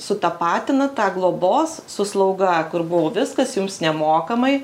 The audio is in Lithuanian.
sutapatina tą globos su slauga kur buvo viskas jums nemokamai